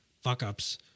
fuck-ups